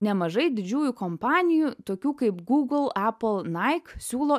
nemažai didžiųjų kompanijų tokių kaip google apple nike siūlo